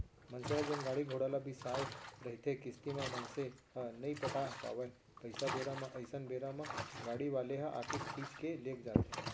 मनसे ह जेन गाड़ी घोड़ा ल बिसाय रहिथे किस्ती म मनसे ह नइ पटा पावय पइसा बेरा म अइसन बेरा म गाड़ी वाले ह आके खींच के लेग जाथे